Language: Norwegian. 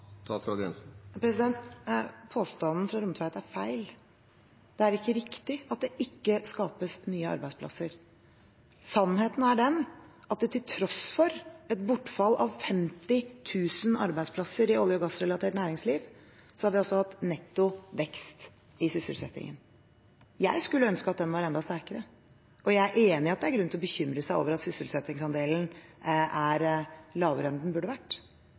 Påstanden fra Rommetveit er feil. Det er ikke riktig at det ikke skapes nye arbeidsplasser. Sannheten er den at til tross for et bortfall av 50 000 arbeidsplasser i olje- og gassrelatert næringsliv, har vi altså hatt netto vekst i sysselsettingen. Jeg skulle ønske at den var enda sterkere, og jeg er enig i at det er grunn til å bekymre seg over at sysselsettingsandelen er lavere enn den burde vært.